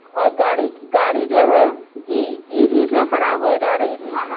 اور گاڑی گاڑی جو ہے جی بیچ بیچ میں خراب ہوئے جا رہی تھی